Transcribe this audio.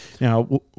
Now